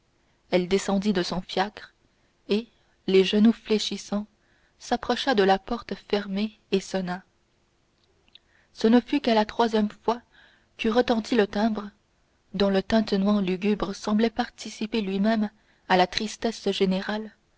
elle descendit de son fiacre et les genoux fléchissants s'approcha de la porte fermée et sonna ce ne fut qu'à la troisième fois qu'eut retenti le timbre dont le tintement lugubre semblait participer lui-même à la tristesse générale